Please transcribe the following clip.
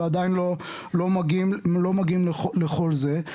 ועדיין לא מגיעים לכל זה.